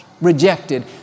rejected